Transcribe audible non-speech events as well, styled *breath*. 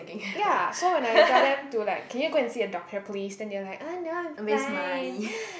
ya so when I tell them to like can you go and see a doctor please then they'll like no I'm fine *breath*